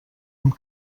amb